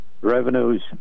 revenues